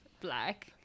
black